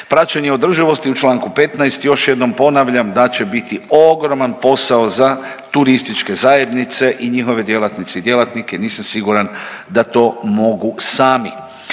Praćenje održivosti u članku 15. još jednom ponavljam da će biti ogroman posao za turističke zajednice i njihove djelatnice i djelatnike. Nisam siguran da to mogu sami.